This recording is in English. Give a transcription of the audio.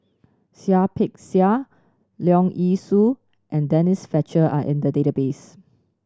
Seah Peck Seah Leong Yee Soo and Denise Fletcher are in the database